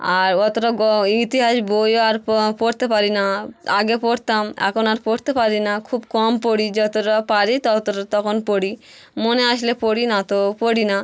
আর অতোটা গ ইতিহাস বইও আর পড়তে পারি না আগে পড়তাম এখন আর পড়তে পারি না খুব কম পড়ি যতোটা পারি ততটা তখন পড়ি মনে আসলে পড়ি নাতো পড়ি না